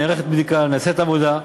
נערכת בדיקה, נעשית עבודה.